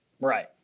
Right